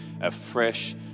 afresh